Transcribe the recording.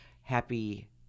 Happy